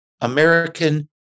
American